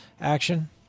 action